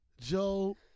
Joe